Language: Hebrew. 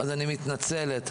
אני מתנצלת.